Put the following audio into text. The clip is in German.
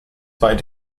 bei